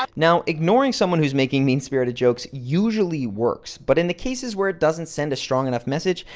um now, ignoring someone who's making mean-spirited jokes usually works but in the cases where it doesn't send a strong enough message,